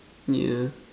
yeah